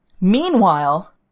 Meanwhile